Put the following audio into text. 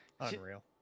Unreal